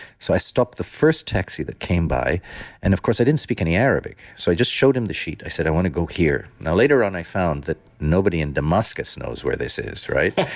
so i stopped the first taxi that came by and of course i didn't speak any arabic. so i just showed him the sheet. i said, i want to go here. now, later on i found that nobody in damascus knows where this is, right?